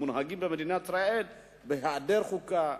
שמונהגים במדינת ישראל בהעדר חוקה,